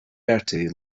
bertie